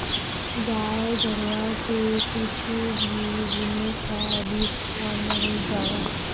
गाय गरुवा के कुछु भी जिनिस ह बिरथा नइ जावय